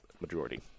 majority